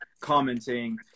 commenting